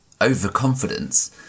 overconfidence